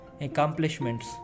accomplishments